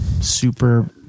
super